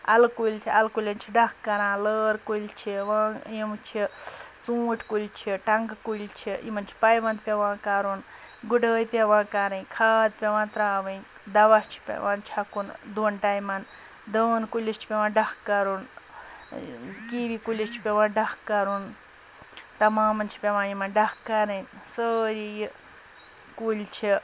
اَلہٕ کُلۍ چھِ اَلہٕ کُلٮ۪ن چھِ ڈَکھ کَران لٲر کُلۍ چھِ وا یِم چھِ ژوٗنٛٹھۍ کُلۍ چھِ ٹنٛگہٕ کُلۍ چھِ یِمَن چھِ پَے ونٛد پٮ۪وان کَرُن گُڈٲے پٮ۪وان کَرٕنۍ کھاد پٮ۪وان ترٛاوٕنۍ دَوا چھِ پٮ۪وان چھَکُن دۄن ٹایمَن دٲن کُلِس چھِ پٮ۪وان ڈَکھ کَرُن کِوی کُلِس چھِ پٮ۪وان ڈَکھ کَرُن تَمامَن چھِ پٮ۪وان یِمَن ڈَکھ کَرٕنۍ سٲری یہِ کُلۍ چھِ